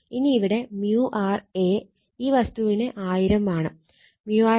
ഇനി ഇവിടെ µr A ഈ വസ്തുവിന് 1000 ആണ്